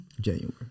January